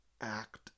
act